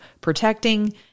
protecting